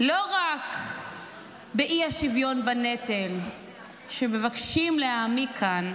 לא רק באי-שוויון בנטל שמבקשים להעמיק כאן.